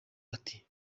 ati